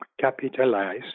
capitalize